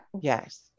yes